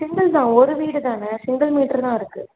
single தான் ஒரு வீடு தானே சிங்கிள் மீட்ரு தான் இருக்குது